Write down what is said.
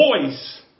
voice